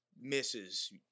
misses –